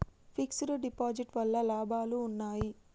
Fix డ్ deposit వల్ల లాభాలు ఉన్నాయి?